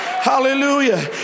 Hallelujah